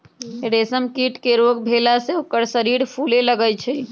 रेशम कीट के रोग भेला से ओकर शरीर फुले लगैए छइ